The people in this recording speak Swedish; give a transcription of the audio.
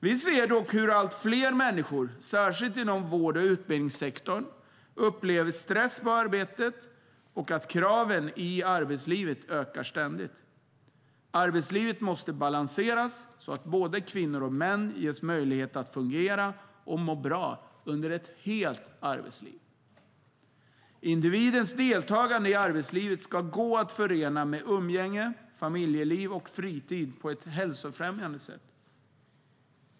Vi ser dock hur allt fler människor, särskilt inom vård och utbildningssektorn, upplever stress på arbetet och att kraven i arbetslivet ökar ständigt. Arbetslivet måste balanseras så att både kvinnor och män ges möjlighet att fungera och må bra under ett helt arbetsliv. Individens deltagande i arbetslivet ska gå att förena med familjeliv och fritid på ett hälsofrämjande sätt.